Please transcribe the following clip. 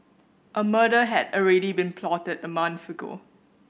a murder had already been plotted a month ago